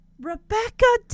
rebecca